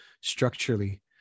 structurally